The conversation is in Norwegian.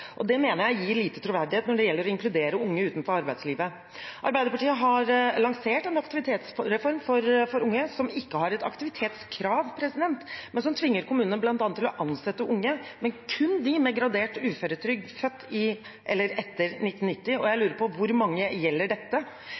vekst. Det mener jeg gir liten troverdighet når det gjelder å inkludere unge utenfor arbeidslivet. Arbeiderpartiet har lansert en aktivitetsreform for unge som ikke har et aktivitetskrav, og som tvinger kommunene til bl.a. å ansette unge, men kun dem med gradert uføretrygd født i eller etter 1990. Jeg lurer på: Hvor mange gjelder dette?